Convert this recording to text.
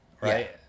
right